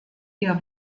ihr